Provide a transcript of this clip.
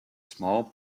small